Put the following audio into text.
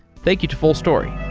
thank you to fullstory